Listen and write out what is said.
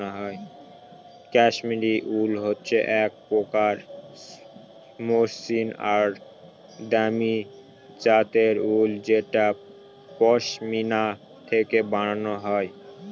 কাশ্মিরী উল হচ্ছে এক প্রকার মসৃন আর দামি জাতের উল যেটা পশমিনা থেকে বানানো হয়